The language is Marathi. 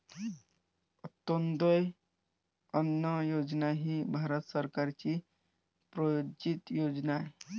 अंत्योदय अन्न योजना ही भारत सरकारची प्रायोजित योजना आहे